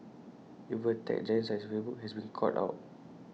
even A tech giant such as Facebook has been caught out